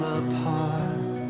apart